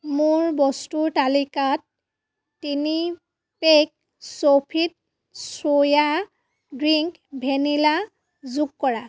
মোৰ বস্তুৰ তালিকাত তিনি পেক চোফিট চোয়া ড্ৰিংক ভেনিলা যোগ কৰা